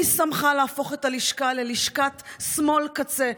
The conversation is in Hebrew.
מי שמך להפוך את הלשכה ללשכת שמאל קצה?